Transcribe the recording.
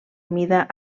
mida